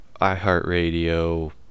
iHeartRadio